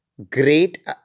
great